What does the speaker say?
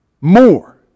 more